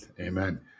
Amen